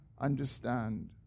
understand